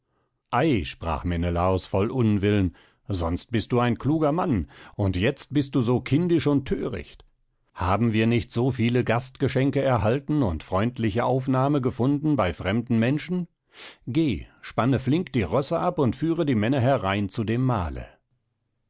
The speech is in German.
sprach menelaos voll unwillen sonst bist du ein kluger mann und jetzt bist du so kindisch und thöricht haben wir nicht so viele gastgeschenke erhalten und freundliche aufnahme gefunden bei fremden menschen geh spanne flink die rosse ab und führe die männer herein zu dem mahle